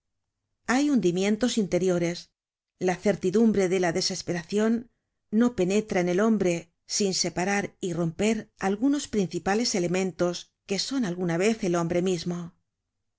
hay hundimientos interiores la certidumbre de la desesperacion no penetra en el hombre sin separar y romper algunos principales elementos que son alguna vez el hombre mismo